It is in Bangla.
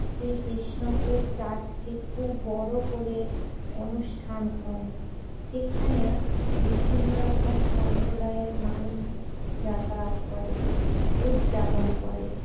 শ্রীকৃষ্ণপুর চার্চে খুব বড়ো করে অনুষ্ঠান হয় সেখানেও বিভিন্ন রকম সম্প্রদায়ের মানুষ যাতায়াত করে উদযাপন করে